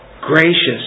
Gracious